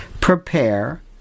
Prepare